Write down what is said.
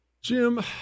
Jim